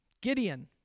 Gideon